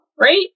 right